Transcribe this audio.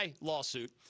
lawsuit